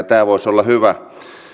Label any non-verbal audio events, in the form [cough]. [unintelligible] tämä voisi olla hyvä